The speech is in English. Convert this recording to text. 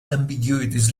ambiguities